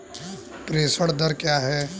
प्रेषण दर क्या है?